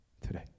today